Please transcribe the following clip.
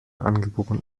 angeboren